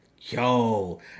Yo